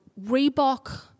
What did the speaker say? Reebok